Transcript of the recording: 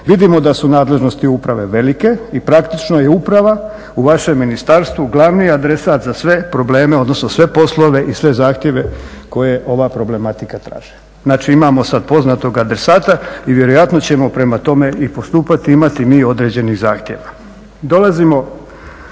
Vidimo da su nadležnosti uprave velike i praktično je uprava u vašem ministarstvu glavni adresat za sve probleme, odnosno sve poslove i sve zahtjeve koje ova problematika traži. Znači imamo sada poznatog adresata i vjerojatno ćemo prema tome i postupati, imati i mi određenih zahtjeva.